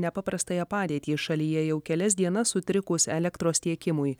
nepaprastąją padėtį šalyje jau kelias dienas sutrikus elektros tiekimui